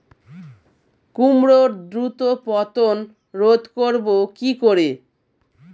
কুমড়োর দ্রুত পতন রোধ করব কি করে?